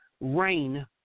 rain